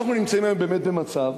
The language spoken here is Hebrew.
אנחנו נמצאים היום באמת במצב,